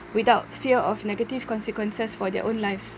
without fear of negative consequences for their own lives